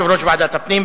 יושב-ראש ועדת הפנים.